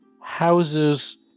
houses